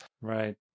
Right